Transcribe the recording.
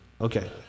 Okay